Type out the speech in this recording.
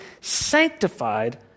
sanctified